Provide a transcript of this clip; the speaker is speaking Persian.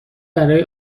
برای